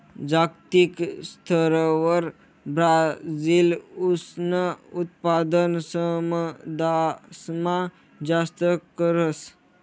जागतिक स्तरवर ब्राजील ऊसनं उत्पादन समदासमा जास्त करस